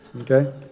okay